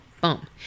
Boom